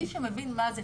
מי שמבין מה זו